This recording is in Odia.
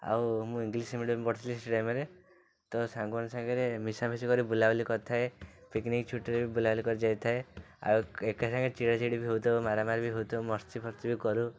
ଆଉ ମୁଁ ଇଂଲିଶ୍ ମିଡ଼ିୟମ୍ ପଢ଼ିଥିଲି ସେ ଟାଇମ୍ରେ ତ ସାଙ୍ଗମାନଙ୍ଗ ସାଙ୍ଗରେ ମିଶାମିଶି କରି ବୁଲାବୁଲି କରିଥାଏ ପିକ୍ନିକ୍ ଛୁଟିରେ ବୁଲାବୁଲି କରି ଯାଇଥାଏ ଆଉ ଏକା ସାଙ୍ଗରେ ଚିଡ଼ାଚିଡ଼ି ବି ହଉଥାଉ ମାଡ଼ାମାଡ଼ି ବି ହଉଥାଉ ମସ୍ତିଫସ୍ତି ବି କରୁ